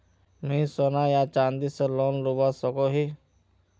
मुई सोना या चाँदी से लोन लुबा सकोहो ही?